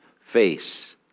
face